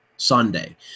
Sunday